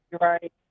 right